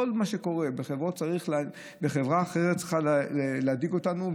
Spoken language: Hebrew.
כל מה שקורה בחברה אחרת צריך להדאיג אותנו.